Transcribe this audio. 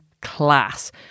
Class